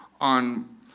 on